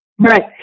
Right